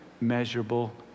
measurable